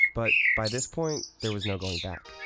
but by this point, there was no going back.